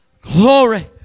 Glory